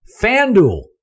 FanDuel